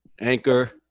Anchor